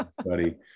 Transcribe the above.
study